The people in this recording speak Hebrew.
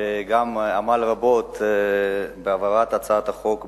שגם עמל רבות בהעברת הצעת החוק בממשלה.